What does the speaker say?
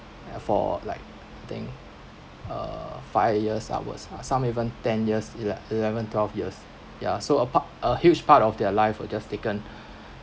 ya for like think uh five years upwards ah some even ten years ele~ eleven twelve years ya so a part a huge part of their life were just taken